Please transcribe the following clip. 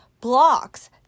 blocks